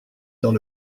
dans